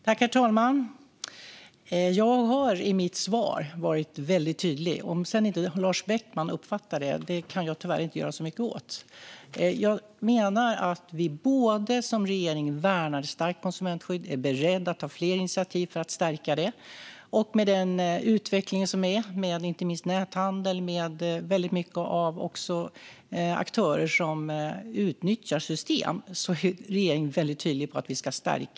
Herr talman! Jag har i mitt svar varit väldigt tydlig. Om sedan inte Lars Beckman uppfattar det kan jag tyvärr inte göra så mycket åt det. Jag menar att vi som regering både värnar ett starkt konsumentskydd och är beredda att ta fler initiativ för att stärka det. Med den utveckling som är med inte minst näthandel och väldigt många aktörer som utnyttjar system är regeringen väldigt tydlig med att vi ska stärka skyddet.